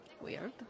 Weird